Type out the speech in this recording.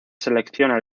selecciona